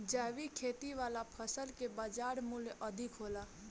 जैविक खेती वाला फसल के बाजार मूल्य अधिक होला